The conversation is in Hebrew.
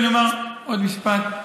אני רוצה לומר עוד משפט.